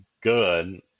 good